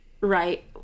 Right